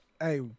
Hey